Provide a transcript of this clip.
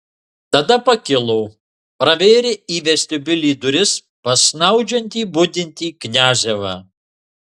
tada pakilo pravėrė į vestibiulį duris pas snaudžiantį budintį kniazevą